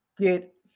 Get